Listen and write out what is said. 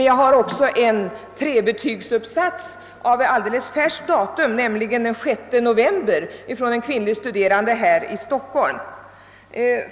Jag har också en trebetygsuppsats av färskt datum, nämligen den 6 november, av en kvinnlig studerande i Stockholm.